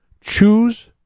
choose